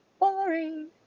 Boring